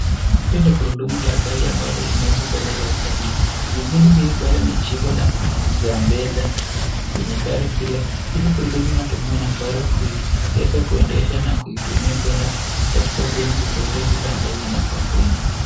Hili ni gurudumu la gari ambalo limeweza kuegeshwa sehemu hii. Gurudumu hii bado ni za mbele kwenye gari hilo. Hili gurudumu linatumiwa na gari kuweza kuendesha na kuitumia kuenda katika sehemu zozote zile ambazo inafaa kuenda.